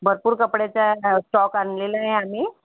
भरपूर कपड्याचा न स्टॉक आणलेला आहे आम्ही